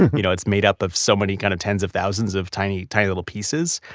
you know it's made up of so many kind of tens of thousands of tiny, tiny little pieces.